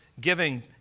giving